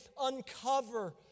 Uncover